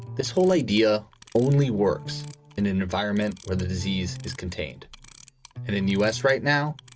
this whole idea only works in an environment where the disease is contained and in us right now,